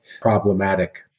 problematic